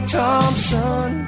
Thompson